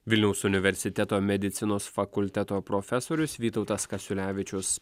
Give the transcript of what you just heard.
vilniaus universiteto medicinos fakulteto profesorius vytautas kasiulevičius